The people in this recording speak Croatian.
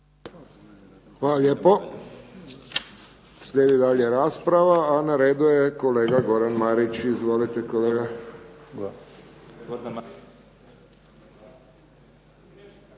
Hvala lijepo. Slijedi dalje rasprava, a na redu je kolega Goran Marić. Izvolite kolega.